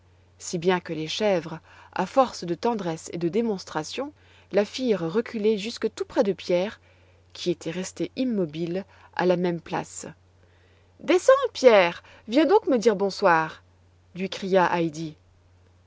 si bien que les chèvres à force de tendresse et de démonstrations la firent reculer jusque tout près de pierre qui était resté immobile à la même place descends pierre viens donc me dire bonsoir lui cria heidi